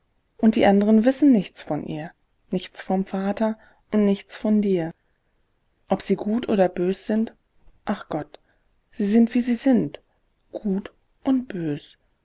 und die anderen wissen nichts von ihr nichts vom vater und nichts von dir ob sie gut oder bös sind ach gott sie sind wie sie sind gut und bös